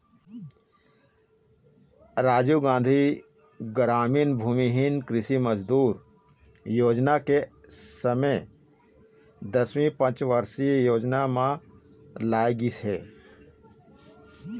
राजीव गांधी गरामीन भूमिहीन कृषि मजदूर न्याय योजना के समे दसवीं पंचवरसीय योजना म लाए गिस हे